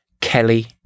Kelly